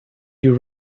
you